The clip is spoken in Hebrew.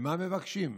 ומה מבקשים?